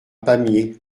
pamiers